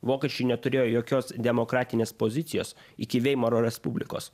vokiečiai neturėjo jokios demokratinės pozicijos iki veimaro respublikos